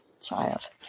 child